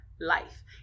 life